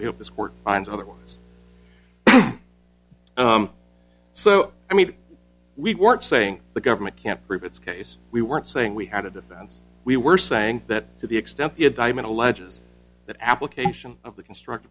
we hope this court finds otherwise so i mean we weren't saying the government can't prove its case we weren't saying we had a defense we were saying that to the extent the indictment alleges that application of the construct